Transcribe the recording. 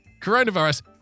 Coronavirus